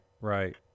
right